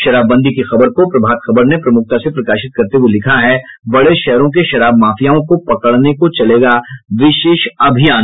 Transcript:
शराबबंदी की खबर को प्रभात खबर ने प्रमुखता से प्रकाशित करते हुए लिखा है बड़े शहरों के शराब माफियाओं को पकड़ने को चलेगा विशेष अभियान